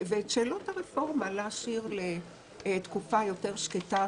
ואת שאלות הרפורמות להשאיר לתקופה יותר שקטה,